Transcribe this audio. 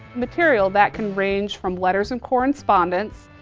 material that can range from letters and correspondence,